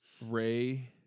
Ray